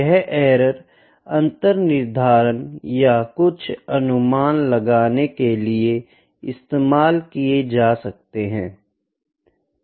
यह एरर अंतर निर्धारण या कुछ अनुमान लगाने के लिए इस्तेमाल किया जा सकता है